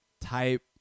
type